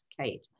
Kate